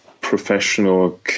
professional